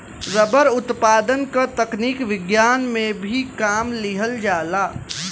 rubber उत्पादन क तकनीक विज्ञान में भी काम लिहल जाला